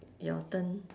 your turn